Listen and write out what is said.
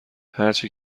هرچی